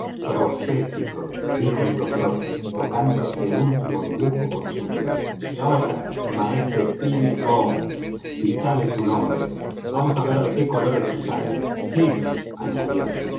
profético dijo el doctor tocando este último dibujo con su dedo y ahora maese billy bones si tal es su nombre vamos á ver de qué color es su sangre jim añadió